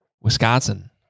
Wisconsin